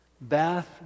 Bath